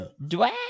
Dwayne